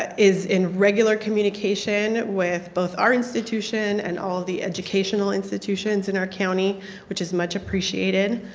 is in regular communication with both our institution and all of the educational institutions in our county which is much appreciated.